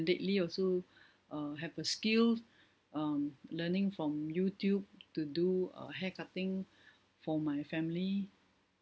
lately also uh have a skill um learning from youtube to do uh hair cutting for my family